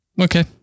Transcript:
Okay